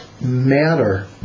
matter